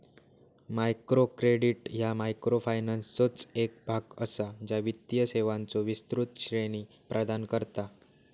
micro credit ह्या मायक्रोफायनान्सचो एक भाग असा, ज्या वित्तीय सेवांचो विस्तृत श्रेणी प्रदान करता